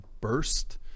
burst